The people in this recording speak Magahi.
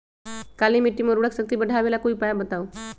काली मिट्टी में उर्वरक शक्ति बढ़ावे ला कोई उपाय बताउ?